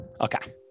Okay